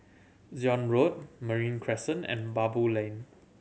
Zion Road Marine Crescent and Baboo Lane